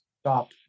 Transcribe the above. stop